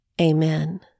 Amen